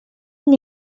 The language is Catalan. amb